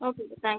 ஓகேப்பா தேங்க்ஸ்